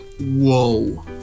whoa